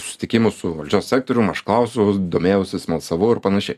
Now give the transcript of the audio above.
susitikimų su valdžios sektorium aš klausiau domėjausi smalsavau ir panašiai